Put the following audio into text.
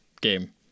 game